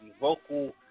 vocal